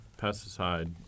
pesticide